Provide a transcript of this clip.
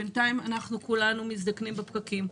בינתיים כולנו מזדקנים בפקקים.